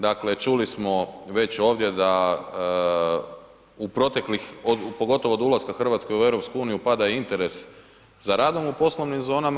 Dakle čuli smo već ovdje da u proteklih, pogotovo od ulaska Hrvatske u EU pada i interes za radom u poslovnim zonama.